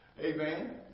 Amen